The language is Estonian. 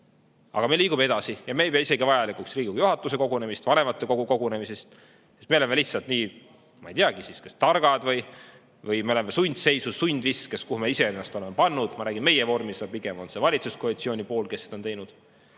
Aga me liigume edasi ja me ei pea isegi vajalikuks Riigikogu juhatuse kogunemist, vanematekogu kogunemist. Me oleme lihtsalt nii, ma ei teagi, targad või me oleme sundseisus, sundviskes, kuhu me iseennast oleme pannud. Ma räägin meie-vormis, aga pigem on see valitsuskoalitsiooni pool, kes on seda teinud.